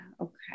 okay